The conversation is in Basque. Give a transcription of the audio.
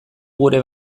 gure